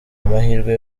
amahirwe